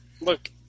Look